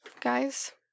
Guys